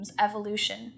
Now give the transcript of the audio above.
evolution